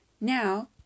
Now